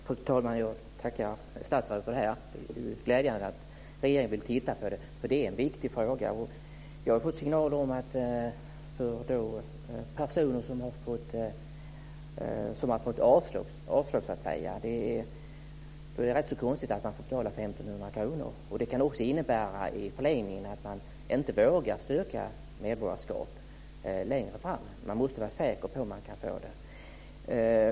Fru talman! Jag tackar statsrådet för svaret. Det är glädjande att regeringen vill titta på det. Det är en viktig fråga. Jag har fått signaler om personer som har fått avslag. Det är rätt så konstigt att de får betala 1 500 kr. Det kan också i förlängningen innebära att de inte vågar söka medborgarskap längre fram. De måste vara säkra på att de kan få det.